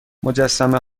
مجسمه